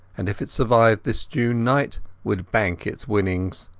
and if it survived this june night would bank its winnings.